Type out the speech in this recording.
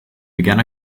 began